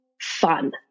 fun